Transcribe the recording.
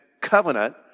covenant